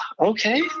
Okay